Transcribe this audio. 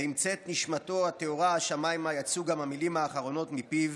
ועם צאת נשמתו הטהורה השמיימה יצאו גם המילים האחרונות מפיו"